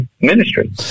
ministry